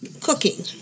cooking